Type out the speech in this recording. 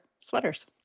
sweaters